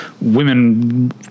women